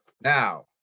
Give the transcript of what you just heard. now